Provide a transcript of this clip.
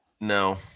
no